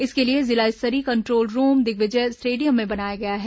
इसके लिए जिला स्तरीय कंट्रोल रूम दिग्विजय स्टेडियम में बनाया गया है